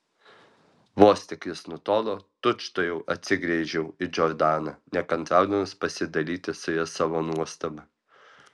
vos tik jis nutolo tučtuojau atsigręžiau į džordaną nekantraudamas pasidalyti su ja savo nuostaba